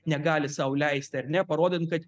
negali sau leisti ar ne parodant kad